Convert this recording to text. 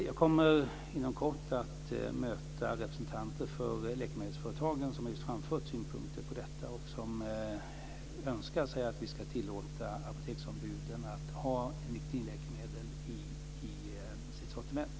Jag kommer inom kort att möta representanter för läkemedelsföretagen som just har framfört synpunkter på detta och som önskar att vi ska tillåta apoteksombuden att ha nikotinläkemedel i sitt sortiment.